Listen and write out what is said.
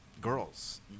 girls